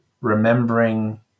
remembering